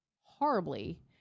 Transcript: horribly